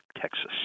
Texas